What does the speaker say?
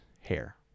hair